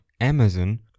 Amazon